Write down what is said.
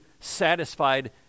satisfied